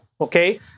okay